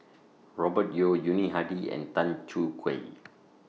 Robert Yeo Yuni Hadi and Tan Choo Kai